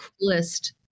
coolest